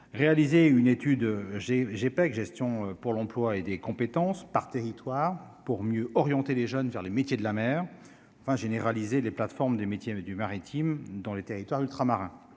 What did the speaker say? j'ai pas eu de gestion pour l'emploi et des compétences par territoire pour mieux orienter les jeunes vers les métiers de la mer enfin généralisé les plateformes des métiers avait du maritime dans les territoires ultramarins